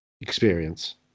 experience